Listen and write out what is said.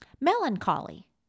melancholy